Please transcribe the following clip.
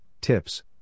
tips